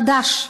חד"ש,